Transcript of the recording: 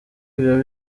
ibyo